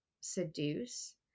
seduce